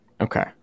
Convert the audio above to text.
Okay